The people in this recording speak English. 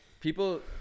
people